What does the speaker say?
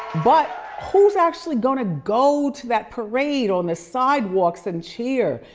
but who's actually gonna go to that parade on the sidewalks and cheer?